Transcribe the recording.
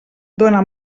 dóna